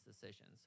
decisions